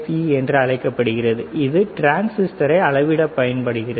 இ என அழைக்கப்படுகிறது இது டிரான்சிஸ்டரை அளவிட பயன்படுகிறது